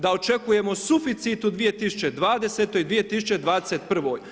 Da očekujemo suficit u 2020. i 2021.